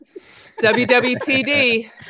WWTD